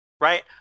Right